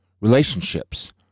relationships